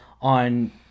on